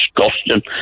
disgusting